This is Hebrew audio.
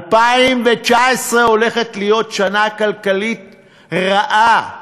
2019 הולכת להיות שנה כלכלית רעה,